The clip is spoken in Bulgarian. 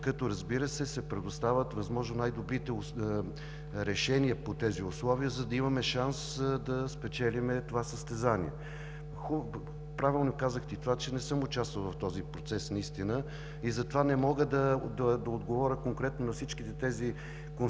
като, разбира се, се предоставят възможно най добрите решения по тези условия, за да имаме шанс да спечелим това състезание. Правилно казахте, че не съм участвал в този процес и затова не мога да отговоря конкретно на всичките тези констатации,